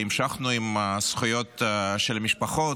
והמשכנו עם הזכויות של המשפחות.